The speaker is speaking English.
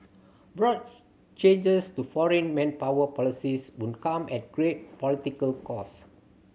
broad changes to foreign manpower policies would come at great political cost